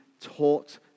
taught